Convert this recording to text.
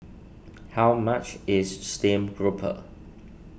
how much is Stream Grouper